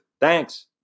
Thanks